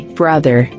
brother